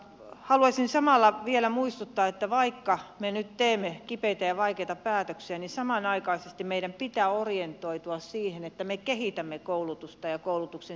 haluaisin samalla vielä muistuttaa että vaikka me nyt teemme kipeitä ja vaikeita päätöksiä niin samanaikaisesti meidän pitää orientoitua siihen että me kehitämme koulutusta ja koulutuksen sisältöjä